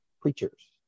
preachers